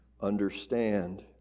understand